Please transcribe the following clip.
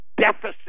deficit